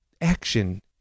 action